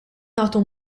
nagħtu